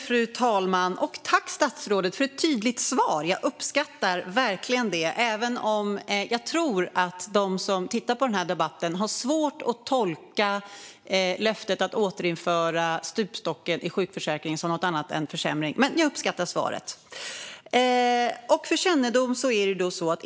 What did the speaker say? Fru talman! Tack, statsrådet, för ett tydligt svar! Jag uppskattar verkligen det, även om jag tror att de som tittar på den här debatten har svårt att tolka löftet att återinföra stupstocken i sjukförsäkringen som något annat än en försämring.